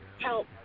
help